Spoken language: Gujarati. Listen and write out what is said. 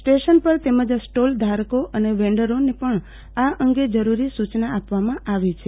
સ્ટેશન પર તેમજ સ્ટોલ ધારકો અને વેન્ડરોને પણ આ અંગે જરૂરી સૂચના આપવામાં આવી છે